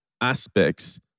aspects